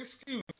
excuse